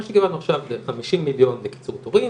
מה שקיבלנו עכשיו זה 50 מיליון לקיצור תורים,